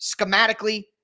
Schematically